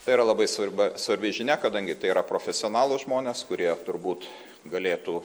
tai yra labai svarba svarbi žinia kadangi tai yra profesionalūs žmonės kurie turbūt galėtų